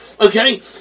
Okay